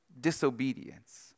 disobedience